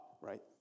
right